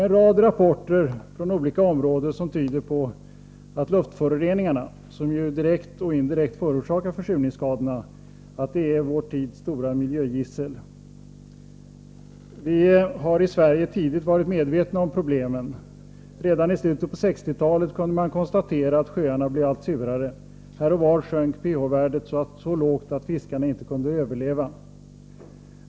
En rad rapporter från olika områden tyder på att luftföroreningarna, som ju direkt eller indirekt, förorsakar försurningsskadorna, är vår tids stora miljögissel. I Sverige har vi tidigt varit medvetna om problemen. Redan i slutet på 1960-talet kunde man konstatera att sjöarna blev allt surare. Här och var sjönk pH-värdet så lågt att fiskarna inte kunde överleva.